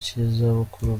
cy’izabukuru